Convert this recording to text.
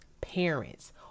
parents